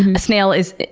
a snail is,